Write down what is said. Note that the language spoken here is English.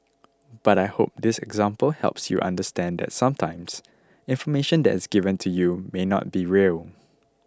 but I hope this example helps you understand that sometimes information that is given to you may not be real